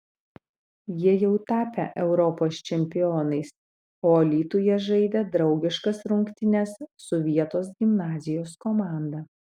jie jau tapę europos čempionais o alytuje žaidė draugiškas rungtynes su vietos gimnazijos komanda